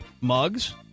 mugs